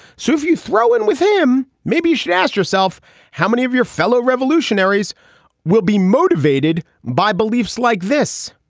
so if you throw in with him, maybe you should ask yourself how many of your fellow revolutionaries will be motivated by beliefs like this,